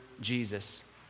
Jesus